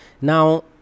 Now